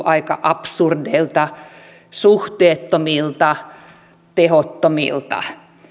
aika absurdeilta suhteettomilta tehottomilta